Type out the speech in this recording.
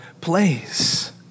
place